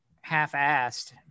half-assed